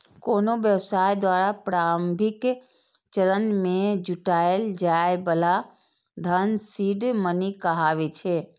कोनो व्यवसाय द्वारा प्रारंभिक चरण मे जुटायल जाए बला धन सीड मनी कहाबै छै